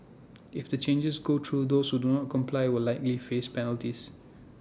if the changes go through those who do not comply will likely face penalties